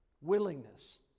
Willingness